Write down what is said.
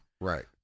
Right